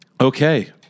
Okay